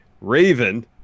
Raven